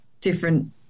different